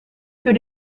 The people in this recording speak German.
für